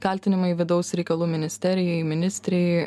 kaltinimai vidaus reikalų ministerijai ministrei